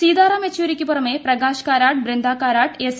സീതാറാം യെച്ചൂരിയ്ക്ക് പുറമേ പ്രകാശ് കാരാട്ട് ബൃന്ദ കാരാട്ട് എസ്